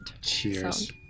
Cheers